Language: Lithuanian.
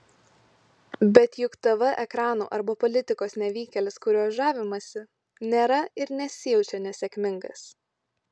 bet juk tv ekranų arba politikos nevykėlis kuriuo žavimasi nėra ir nesijaučia nesėkmingas